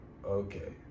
Okay